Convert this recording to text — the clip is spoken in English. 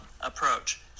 approach